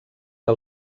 que